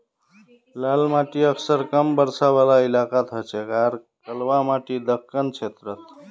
लाल माटी अक्सर कम बरसा वाला इलाकात हछेक आर कलवा माटी दक्कण क्षेत्रत